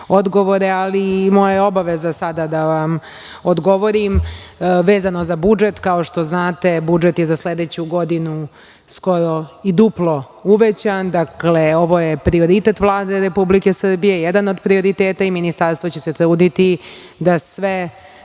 ali i moja obaveza je sada da vam odgovorim, vezano za budžet. Kao što znate, budžet je za sledeću godinu skoro i duplo uvećan. Ovo je prioritet Vlade Republike Srbije, jedan od prioriteta i Ministarstvo će se truditi da sve